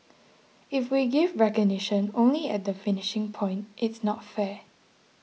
if we give recognition only at the finishing point it's not fair